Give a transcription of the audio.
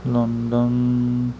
London